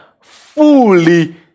fully